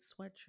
sweatshirt